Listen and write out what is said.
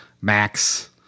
max